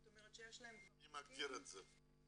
זאת אומרת שיש להם --- מי מגדיר את זה?